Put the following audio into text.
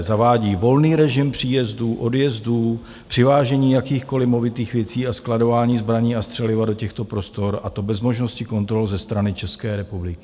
Zavádí volný režim příjezdů, odjezdů, přivážení jakýchkoliv movitých věcí a skladování zbraní a střeliva do těchto prostor, a to bez možnosti kontrol ze strany České republiky.